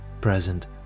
present